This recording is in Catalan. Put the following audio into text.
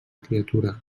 criatura